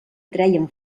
treien